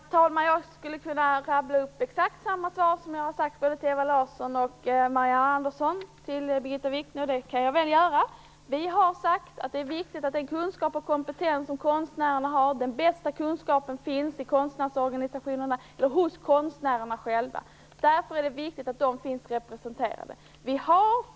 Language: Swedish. Herr talman! Jag skulle kunna rabbla upp exakt samma sak för Birgitta Wichne som jag har sagt till både Ewa Larsson och Marianne Andersson. Jag kan göra det: Socialdemokraterna har sagt att det är viktigt att ta till vara den kunskap och den kompetens som konstnärerna har och att den bästa kunskapen finns hos konstnärsorganisationerna och hos konstnärerna själva. Därför är det viktigt att de är representerade.